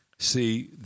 See